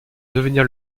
devenir